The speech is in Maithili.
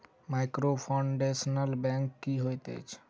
माइक्रोफाइनेंस बैंक की होइत अछि?